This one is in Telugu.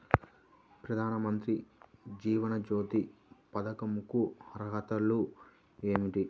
ప్రధాన మంత్రి జీవన జ్యోతి పథకంకు అర్హతలు ఏమిటి?